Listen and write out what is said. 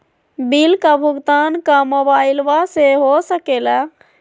Bill का भुगतान का मोबाइलवा से हो सके ला?